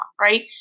right